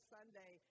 Sunday